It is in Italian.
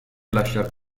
lasciar